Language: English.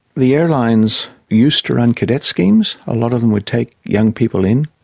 the airlines used to run cadet schemes. a lot of them would take young people in,